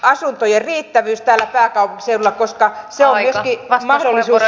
asuntojen riittävyys tälle päätöksille koska se ajeli mahdollisuus